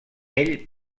ell